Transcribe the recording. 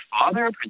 father